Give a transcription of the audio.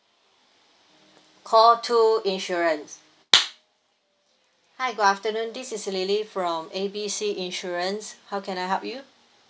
call two insurance hi good afternoon this is lily from A B C insurance how can I help you